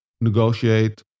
negotiate